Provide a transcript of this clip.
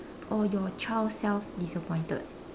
or your child self disappointed